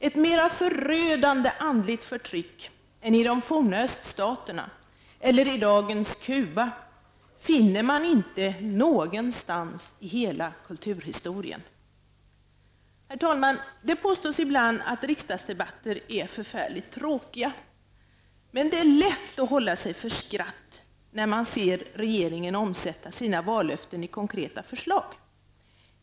Ett mer förödande andligt förtryck än i de forna öststaterna eller i dagens Cuba finner man inte någonstans i hela kulturhistorien. Herr talman! Det påstås ibland att riksdagsdebatter är förfärligt tråkiga, och det är lätt att hålla sig för skratt när man ser regeringen omsätta sina vallöften i konkreta förslag.